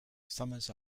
summers